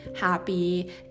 happy